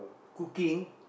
cooking